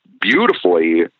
beautifully